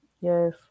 Yes